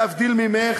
להבדיל ממך,